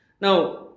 Now